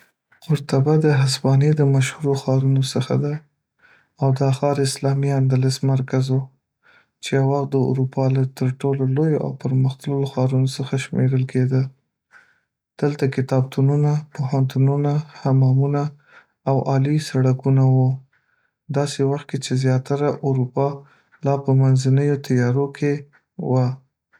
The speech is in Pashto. قرطبه د هسپانیي د مشهورو ښارونو څخه ده او دا ښار د اسلامي اندلس مرکز و، چې یو وخت د اروپا له تر ټولو لویو او پرمختللو ښارونو څخه شمېرل کېده دلته کتابتونونه، پوهنتونونه، حمامونه، او عالي سړکونه وو، داسې وخت کې چې زیاتره اروپا لا په منځنیو تیارو کې وه.